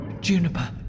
Juniper